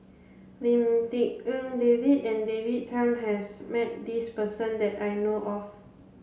Lim Tik En David and David Tham has met this person that I know of